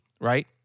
right